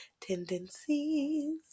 Tendencies